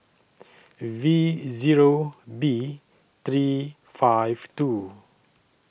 V Zero B three five two